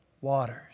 waters